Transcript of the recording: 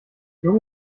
jung